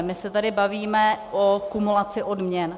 My se tady bavíme o kumulaci odměn.